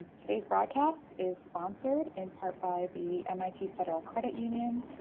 today's broadcast is sponsored in part by the mit federal credit union,